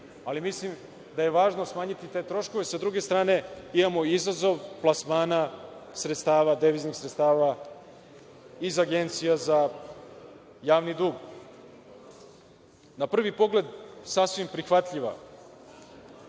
ali mislim da je važno smanjiti te troškove. Sa druge strane, imamo izazov plasmana deviznih sredstava iz Agencije za javni dug. Na prvi pogled, sasvim prihvatljiv